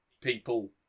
people